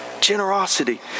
generosity